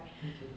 okay